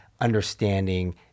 understanding